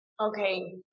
Okay